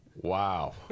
wow